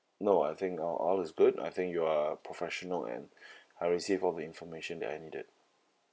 no I think a~ all is good I think you are professional and I received all the information that I needed